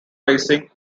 racing